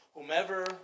Whomever